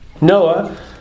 Noah